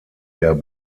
der